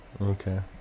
Okay